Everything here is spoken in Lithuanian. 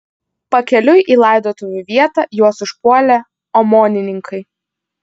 pakeliui į laidotuvių vietą juos užpuolė omonininkai